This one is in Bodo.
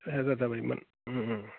सय हाजार जाबायमोन